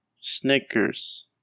Snickers